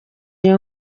iyi